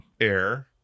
air